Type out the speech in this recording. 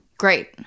great